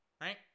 Right